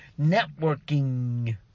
networking